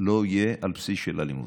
לא יהיה על בסיס של אלימות.